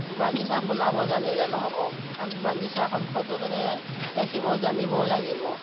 বাগিচা বনাব জানিলে নহ'ব তাক বাগিচাখন সযতনে ৰাখিবও জানিবও লাগিব